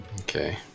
Okay